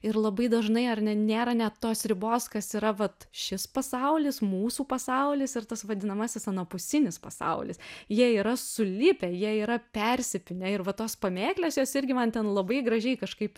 ir labai dažnai ar ne nėra net tos ribos kas yra vat šis pasaulis mūsų pasaulis ir tas vadinamasis anapusinis pasaulis jie yra sulipę jie yra persipynę ir va tos pamėklės jos irgi man ten labai gražiai kažkaip